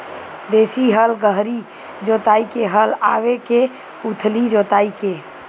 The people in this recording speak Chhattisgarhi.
देशी हल गहरी जोताई के हल आवे के उथली जोताई के?